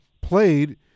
played